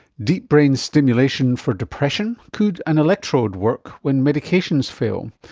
deep brain stimulation for depression. could an electrode work when medications fail?